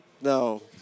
no